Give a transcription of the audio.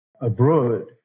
abroad